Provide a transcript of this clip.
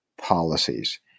policies